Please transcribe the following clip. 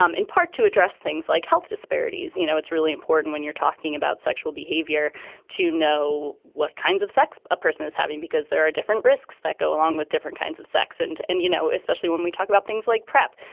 um in part to address things like health disparities. you know, it's really important when you're talking about sexual behavior to know what kinds of sex a person is having, because there are different risks that go along with different kinds of sex. and and, you know, especially when we talk about things like prep.